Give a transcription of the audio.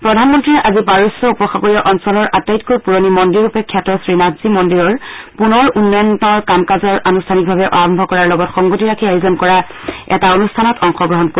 প্ৰধানমন্ৰীয়ে আজি পাৰস্য উপসাগৰীয় অঞ্চলৰ আটাইতকৈ পুৰণি মন্দিৰৰূপে খ্যাত শ্ৰীনাথজী মন্দিৰৰ পুনৰ উন্নয়ন কাম কাজ আনুষ্ঠানিকভাৱে আৰম্ভ কৰাৰ লগত সংগতি ৰাখি আয়োজন কৰা এটা অনুষ্ঠানত অংশগ্ৰহণ কৰিব